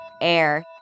air